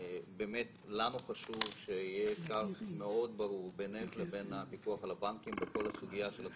הנתונים מלמדים כי בתחום הבנקאי פעלתם